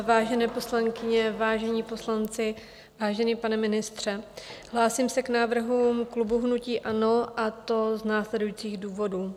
Vážené poslankyně, vážení poslanci, vážený pane ministře, hlásím se k návrhům klubu hnutí ANO, a to z následujících důvodů.